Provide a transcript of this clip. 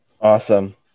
Awesome